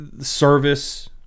service